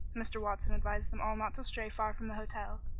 mr. watson advised them all not to stray far from the hotel,